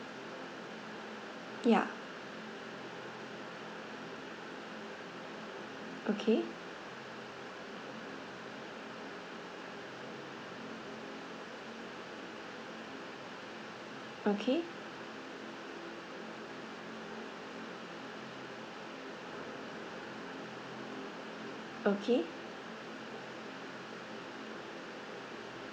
ya okay okay okay